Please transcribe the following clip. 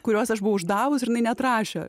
kuriuos aš buvau uždavus ir jinai neatrašė